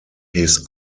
his